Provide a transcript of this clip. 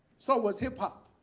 so was hip-hop,